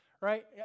Right